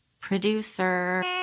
producer